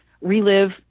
relive